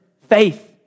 faith